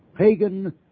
pagan